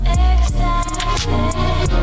excited